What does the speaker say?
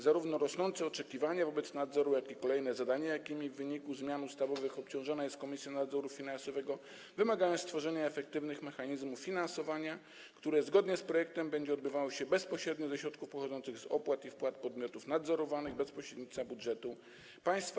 Zarówno rosnące oczekiwania wobec nadzoru, jak i kolejne zadania, jakimi w wyniku zmian ustawowych obciążana jest Komisja Nadzoru Finansowego, wymagają stworzenia efektywnych mechanizmów finansowania, które zgodnie z projektem będzie odbywało się bezpośrednio ze środków pochodzących z opłat i wpłat podmiotów nadzorowanych, bez pośrednictwa budżetu państwa.